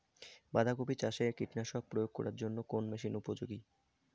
বাঁধা কপি চাষে কীটনাশক প্রয়োগ করার জন্য কোন মেশিন উপযোগী?